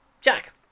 Jack